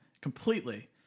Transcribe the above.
completely